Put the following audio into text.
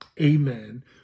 amen